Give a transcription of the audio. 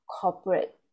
corporate